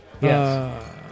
Yes